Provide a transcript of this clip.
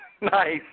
Nice